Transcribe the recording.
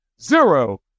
zero